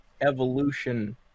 evolution